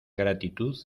gratitud